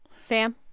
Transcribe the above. Sam